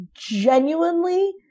genuinely